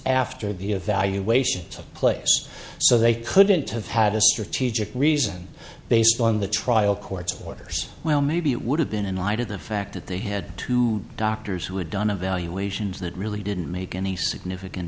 after the evaluation took place so they couldn't have had a strategic reason based on the trial court's orders well maybe it would have been in light of the fact that they had two doctors who had done evaluations that really didn't make any significant